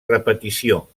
repetició